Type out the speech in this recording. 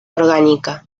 orgánica